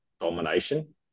domination